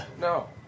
No